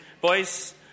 Boys